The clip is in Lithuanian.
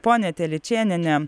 ponia telyčėniene